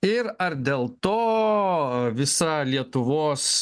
ir ar dėl to visa lietuvos